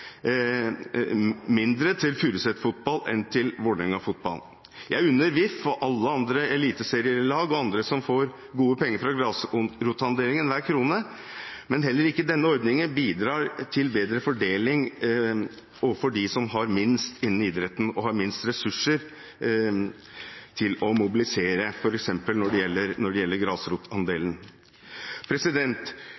andre som får gode penger fra grasrotandelen, hver krone, men heller ikke denne ordningen bidrar til bedre fordeling overfor dem som har minst innen idretten, og som har færrest ressurser til å mobilisere, f.eks. når det gjelder grasrotandelen. Det